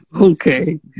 Okay